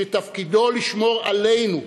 שתפקידו לשמור עלינו,